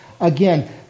Again